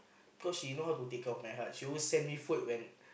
because she know how to take care of my heart she always send me food when